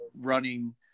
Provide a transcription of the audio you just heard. running